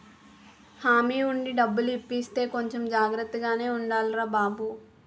హామీ ఉండి డబ్బులు ఇప్పిస్తే కొంచెం జాగ్రత్తగానే ఉండాలిరా బాబూ